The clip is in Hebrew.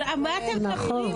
מה אתם מדברים.